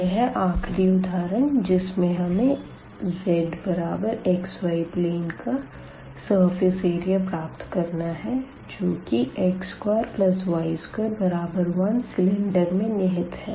यह है आखिरी उदाहरण जिसमें हमें zxy प्लेन का सरफेस एरिया प्राप्त करना है जो की x2y21 सिलेंडर में निहित है